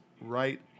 right